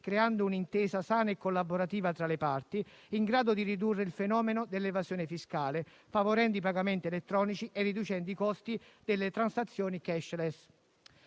creando un'intesa sana e collaborativa tra le parti, in grado di ridurre il fenomeno dell'evasione fiscale, favorendo i pagamenti elettronici e riducendo i costi delle transazioni *cashless.*